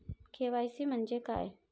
KYC म्हंजे काय?